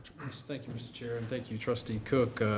thank you, mr. chair. and thank you, trustee cook.